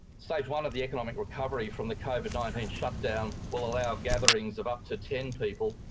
stage one of the economic recovery from the covid nineteen shutdown will allow gatherings of up to ten people,